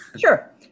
sure